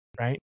right